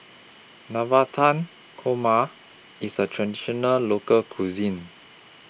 Navratan Korma IS A Traditional Local Cuisine